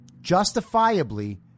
justifiably